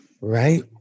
Right